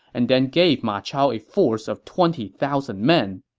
and then gave ma chao a force of twenty thousand men.